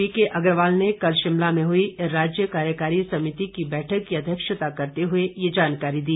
B K Agarwal ने कल शिमला में हुई राज्य कार्यकारी समिति की बैठक की अध्यक्षता करते हुए ये जानकारी दी